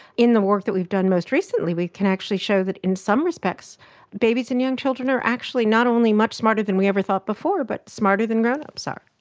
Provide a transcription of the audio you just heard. in the work that we've done most recently we can actually show that in some respects babies and young children are actually not only much smarter than we ever thought before but smarter than grown-ups are.